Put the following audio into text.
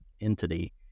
entity